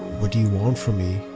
what do you want from me?